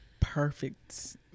perfect